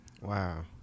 Wow